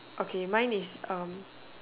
okay mine is um